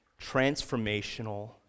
transformational